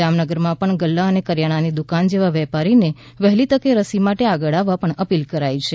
જામનગરમાં પણના ગલ્લા અને કરિયાનાની દુકાન જેવા વેપારીને વહેલી તકે રસી માટે આગળ આવવા પણ અપીલ કરાઈ છે